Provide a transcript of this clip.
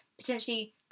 potentially